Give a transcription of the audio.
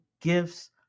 gifts